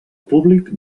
públic